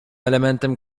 elementem